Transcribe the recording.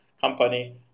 company